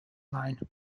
line